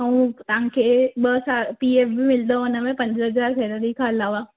ऐं तव्हांखे ॿ साल पी एफ बि मिलंदव हुनमें पंज हज़ार सैलरी खां अलावा